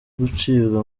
gucibwa